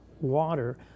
water